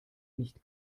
nicht